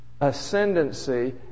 ascendancy